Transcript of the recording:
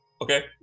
Okay